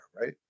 right